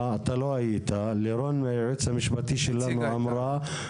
היועצת המשפטית שלנו אמרה.